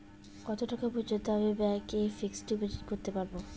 কত টাকা পর্যন্ত আমি ব্যাংক এ ফিক্সড ডিপোজিট করতে পারবো?